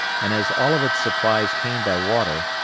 and as all of its supplies came by water,